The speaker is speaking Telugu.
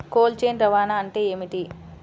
కోల్డ్ చైన్ రవాణా అంటే ఏమిటీ?